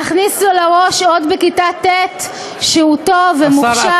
להכניס לו לראש עוד בכיתה ט' שהוא טוב ומוכשר